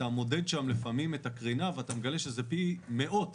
אתה מודד שם לפעמים את הקרינה ואתה מגלה שזה פי מאות